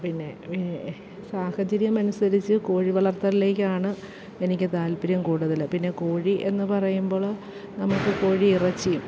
പിന്നെ സാഹചര്യമനുസരിച്ച് കോഴി വളർത്തലിലേക്കാണ് എനിക്ക് താല്പര്യം കൂടുതല് പിന്നെ കോഴി എന്ന് പറയുമ്പോള് നമുക്ക് കോഴിയിറചച്ചിയും